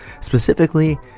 Specifically